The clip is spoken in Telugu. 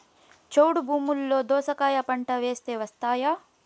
చౌడు భూమిలో దోస కాయ పంట వేస్తే వస్తాయా?